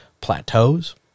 plateaus